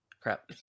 Crap